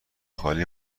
خالی